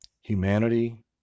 humanity